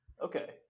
okay